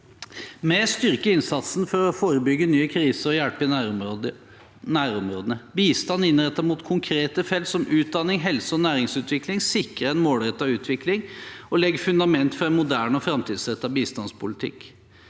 Vi styrker innsatsen for å forebygge nye kriser og hjelpe i nærområdene. Bistand innrettet mot konkrete felt som utdanning, helse og næringsutvikling, sikrer en målrettet utvikling og legger fundament for en moderne og framtidsrettet bistandspolitikk.